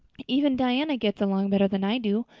even diana gets along better than i do.